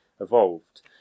evolved